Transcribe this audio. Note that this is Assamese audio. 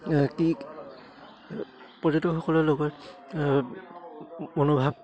কি পৰ্যটকসকলৰ লগত মনোভাৱ